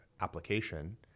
application